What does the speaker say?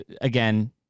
again